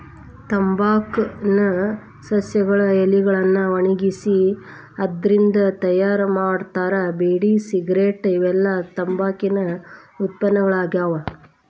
ತಂಬಾಕ್ ನ ಸಸ್ಯಗಳ ಎಲಿಗಳನ್ನ ಒಣಗಿಸಿ ಅದ್ರಿಂದ ತಯಾರ್ ಮಾಡ್ತಾರ ಬೇಡಿ ಸಿಗರೇಟ್ ಇವೆಲ್ಲ ತಂಬಾಕಿನ ಉತ್ಪನ್ನಗಳಾಗ್ಯಾವ